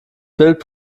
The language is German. bild